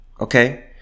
Okay